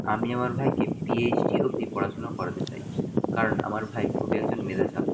আমি আমার ভাইকে পিএইচডি অবধি পড়াশুনা করাতে চাই কারণ আমার ভাই খুবই একজন মেধা ছাত্র